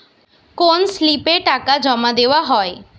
কোন স্লিপে টাকা জমাদেওয়া হয়?